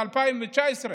מ-2019,